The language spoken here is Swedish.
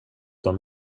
dem